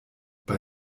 bei